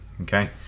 okay